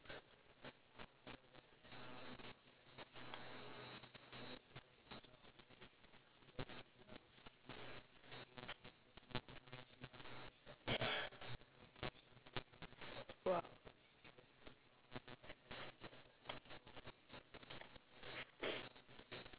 !wow!